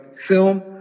film